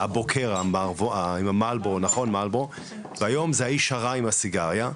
הבוקר עם המלרבורו והיום זה האיש הרע עם הסיגריה,